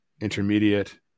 intermediate